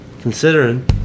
considering